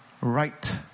right